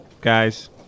guys